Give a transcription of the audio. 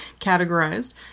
categorized